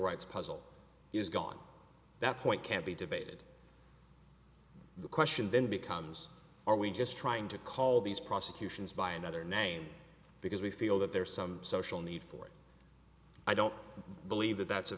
rights puzzle is gone that point can't be debated the question then becomes are we just trying to call these prosecutions by another name because we feel that there's some social need for it i don't believe that that's a